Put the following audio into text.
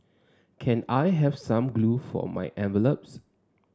can I have some glue for my envelopes